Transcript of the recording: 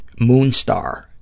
Moonstar